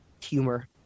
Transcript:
humor